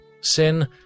Sin